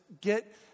Get